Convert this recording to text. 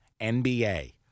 NBA